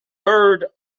heard